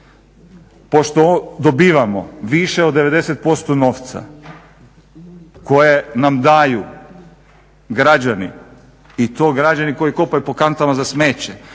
Pošto dobivamo više od 90% novca koje nam daju građani i to građani koji kopaju po kantama za smeće,